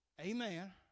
amen